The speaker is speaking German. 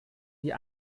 die